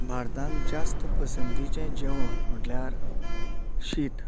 भारतांत जास्त पसंतीचें जेवण म्हटल्यार शीत